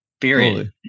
period